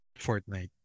Fortnite